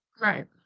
Right